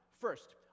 First